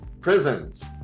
Prisons